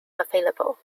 available